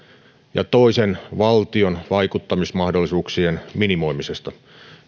ja toisen valtion vaikuttamismahdollisuuksien minimoimisesta